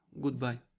goodbye